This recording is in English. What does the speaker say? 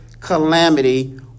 calamity